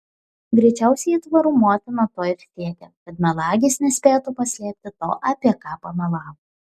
greičiausiai aitvarų motina to ir siekė kad melagis nespėtų paslėpti to apie ką pamelavo